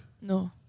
No